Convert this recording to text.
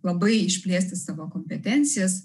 labai išplėsti savo kompetencijas